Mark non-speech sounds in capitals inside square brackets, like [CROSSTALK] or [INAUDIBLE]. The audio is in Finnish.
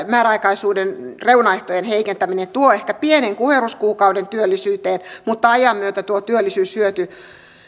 [UNINTELLIGIBLE] määräaikaisuuden reunaehtojen heikentäminen tuo ehkä pienen kuherruskuukauden työllisyyteen mutta ajan myötä tuo työllisyyshyöty